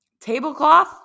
Tablecloth